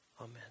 Amen